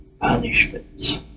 punishments